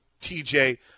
TJ